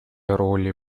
роли